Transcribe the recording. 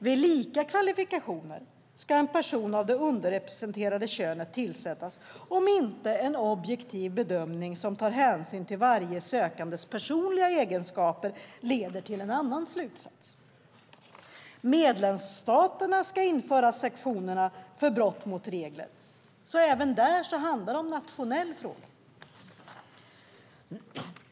Vid lika kvalifikationer ska en person av det underrepresenterade könet tillsättas, om inte en objektiv bedömning som tar hänsyn till varje sökandes personliga egenskaper leder till en annan slutsats. Medlemsstaterna ska införa sanktioner för brott mot reglerna, så även det är en nationell fråga.